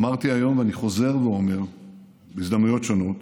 אמרתי היום, ואני חוזר ואומר בהזדמנויות שונות: